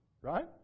right